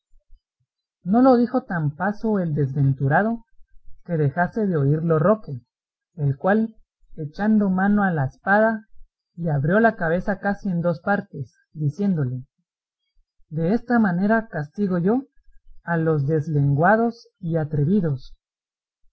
no lo dijo tan paso el desventurado que dejase de oírlo roque el cual echando mano a la espada le abrió la cabeza casi en dos partes diciéndole desta manera castigo yo a los deslenguados y atrevidos